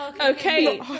Okay